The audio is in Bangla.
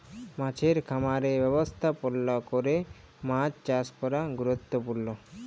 মাছের খামারের ব্যবস্থাপলা ক্যরে মাছ চাষ ক্যরা গুরুত্তপুর্ল